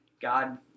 God